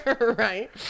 right